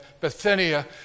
Bithynia